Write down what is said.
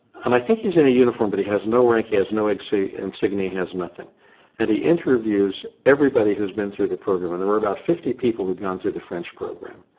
and i think he's in a uniform but he has no rank he has no like ensigne, he has nothing and he interviews everybody who's been through the program and there were about fifty people who'd gone through the french program